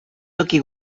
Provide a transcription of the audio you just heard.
toki